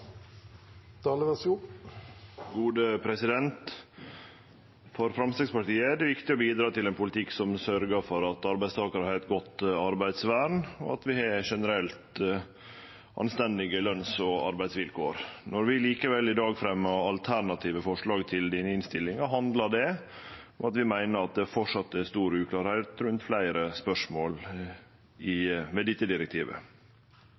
For Framstegspartiet er det viktig å bidra til ein politikk som sørgjer for at arbeidstakarar har eit godt arbeidsvern, og at vi har generelt anstendige løns- og arbeidsvilkår. Når vi i dag likevel fremjar alternative forslag til denne innstillinga, handlar det om at vi meiner at det framleis er stor uklårheit rundt fleire spørsmål ved dette direktivet.